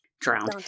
drowned